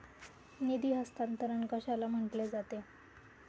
निधी हस्तांतरण कशाला म्हटले जाते?